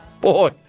Boy